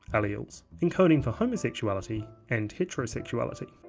alleles, encoding for homosexuality and heterosexuality.